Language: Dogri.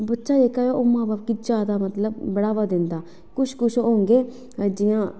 बच्चा मतलब ओह् मां बब्ब गी जेह्का जादा बढ़ावा दिंदा कुछ कुछ होंदे जियां